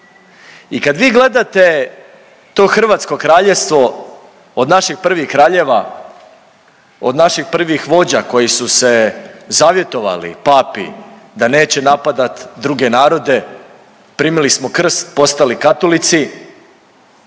I kad vi gledate to hrvatsko kraljevstvo od naših prvih kraljeva, od naših prvih vođa koji su se zavjetovali Papi da neće napadat druge narode primili smo krst, postali Katolici